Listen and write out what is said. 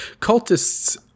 cultists